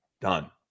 Done